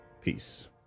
peace